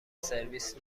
سرویس